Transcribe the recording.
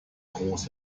groß